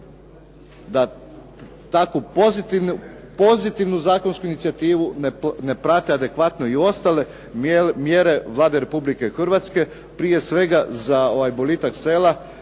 da tako pozitivnu zakonsku inicijativu ne prate adekvatno i ostale mjere Vlade Republike Hrvatske prije svega za boljitak sela